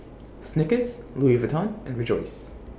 Snickers Louis Vuitton and Rejoice